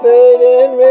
Fading